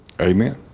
Amen